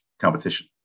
competition